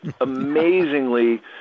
amazingly